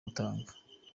gutanga